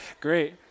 Great